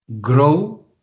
grow